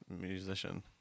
musician